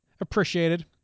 appreciated